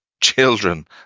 children